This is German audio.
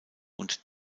und